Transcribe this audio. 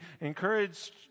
encouraged